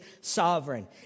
sovereign